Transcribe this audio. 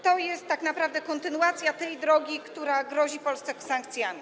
To jest tak naprawdę kontynuacja tej drogi, która grozi Polsce sankcjami.